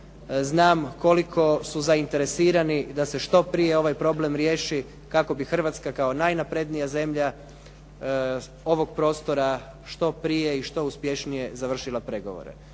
znam koliko su zainteresirani da se što prije ovaj problem riješi kako bi Hrvatska kao najnaprednija zemlja ovog prostora što prije i što uspješnije završila pregovore.